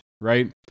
right